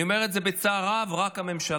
אני אומר את זה בצער רב, רק הממשלה.